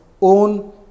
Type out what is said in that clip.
own